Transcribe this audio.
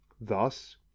Thus